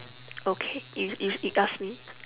okay you you you ask me